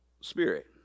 spirit